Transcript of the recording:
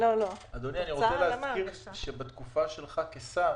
אי רוצה להזכיר שבתקופה שלך כשר,